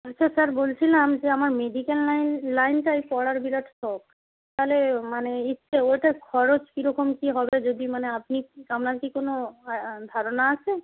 আচ্ছা স্যার বলছিলাম যে আমার মেডিকেল লাইন লাইনটায় পড়ার বিরাট শখ তাহলে মানে ইচ্ছে ওইটা খরচ কী রকম কী হবে যদি মানে আপনি আপনার কী কোনো ধারণা আছে